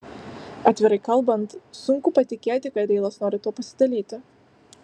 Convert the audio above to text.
atvirai kalbant sunku patikėti kad deilas nori tuo pasidalyti